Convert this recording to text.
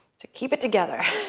to keep it together.